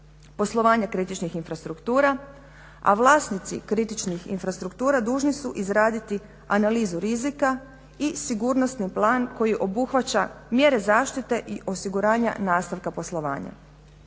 poslovanja kritičnih infrastruktura, a vlasnici kritičnih infrastruktura dužni su izraditi analizu rizika i sigurnosni plan koji obuhvaća mjere zaštite i osiguranja nastavka poslovanja.